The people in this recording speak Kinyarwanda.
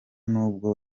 nubwo